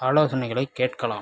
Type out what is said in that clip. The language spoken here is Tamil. ஆலோசனைகளை கேட்கலாம்